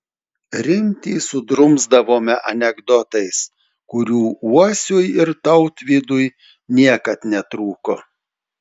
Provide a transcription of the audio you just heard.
rimtį sudrumsdavome anekdotais kurių uosiui ir tautvydui niekad netrūko